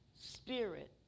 spirit